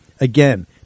Again